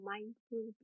Mindful